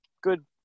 good